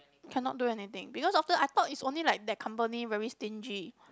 cannot do anything because after I thought is only like that company very stingy